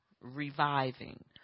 reviving